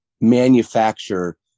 manufacture